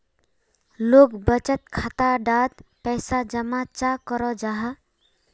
लोग बचत खाता डात पैसा जमा चाँ करो जाहा?